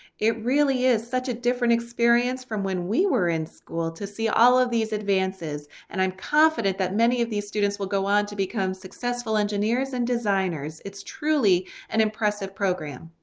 it really is such a different experience from when we were in school to see all of these advances and i'm confident that many of these students will go on to become successful engineers and designers. it's truly an impressive program.